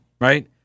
right